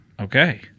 Okay